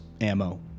ammo